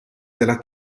della